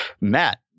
Matt